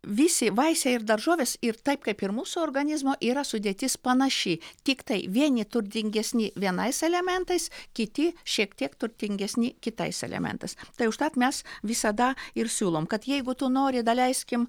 visi vaisiai ir daržovės ir taip kaip ir mūsų organizmo yra sudėtis panaši tiktai vieni turtingesni vienais elementais kiti šiek tiek turtingesni kitais elementais tai užtat mes visada ir siūlom kad jeigu tu nori daleiskim